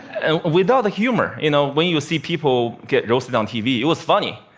and without the humor. you know, when you see people get roasted on tv, it was funny.